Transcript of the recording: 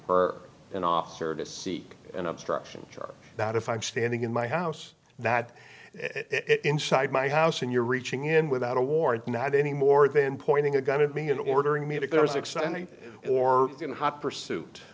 for an officer to seek an obstruction charge that if i'm standing in my house that inside my house and you're reaching in without a warrant not any more than pointing a gun at me and ordering me to